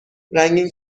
رنگین